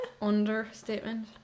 understatement